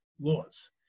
laws